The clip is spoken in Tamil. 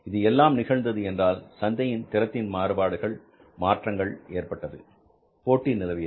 இது எல்லாம் நிகழ்ந்தது என்றால் சந்தையின் திறத்தில் மாறுபாடுகள் மாற்றங்கள் ஏற்பட்டது போட்டி நிலவியது